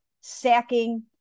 sacking